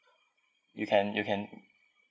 you can you can